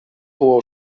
hoher